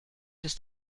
des